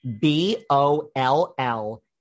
B-O-L-L